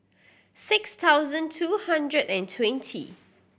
six thousand two hundred and twenty